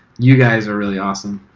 you guys are really awesome.